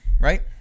right